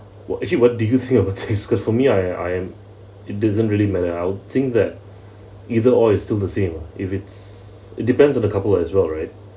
what actually what do you think because for me I I am it doesn't really matter I'll think that either or it's still the same if it's depends on the couple as well right